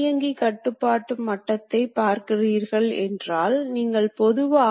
இங்கு இயக்கம் எவ்வாறு உருவாக்கப்படுகிறது என்பதைக் காட்டுகிறது